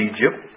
Egypt